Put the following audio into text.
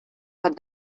but